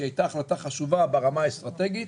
שהייתה החלטה חשובה ברמה האסטרטגית